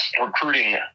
recruiting